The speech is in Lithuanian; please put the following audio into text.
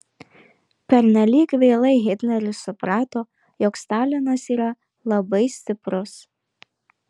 pernelyg vėlai hitleris suprato jog stalinas yra labai stiprus